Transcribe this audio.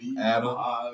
Adam